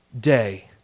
day